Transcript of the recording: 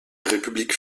république